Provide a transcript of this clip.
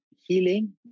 healing